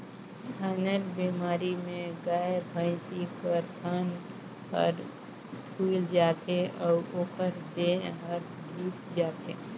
थनैल बेमारी में गाय, भइसी कर थन हर फुइल जाथे अउ ओखर देह हर धिप जाथे